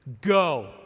Go